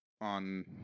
on